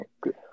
good